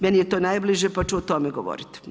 Meni je to najbliže pa ću o tome govoriti.